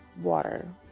water